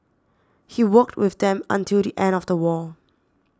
he worked with them until the end of the war